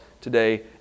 today